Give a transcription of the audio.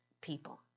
people